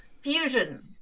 fusion